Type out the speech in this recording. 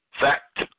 fact